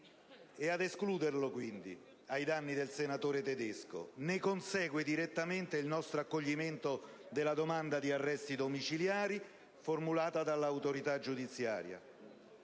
e ad escluderlo, quindi, ai danni del senatore Tedesco. Ne consegue direttamente il nostro accoglimento della domanda di arresti domiciliari formulata dall'autorità giudiziaria.